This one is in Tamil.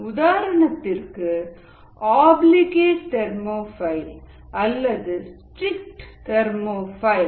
உதாரணத்திற்கு ஆப்லிகேட் தெர்மோஃபைல் அல்லது ஸ்ட்ரிக்ட் தெர்மோஃபைல்